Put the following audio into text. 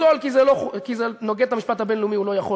לפסול כי זה נוגד את המשפט הבין-לאומי הוא לא יכול,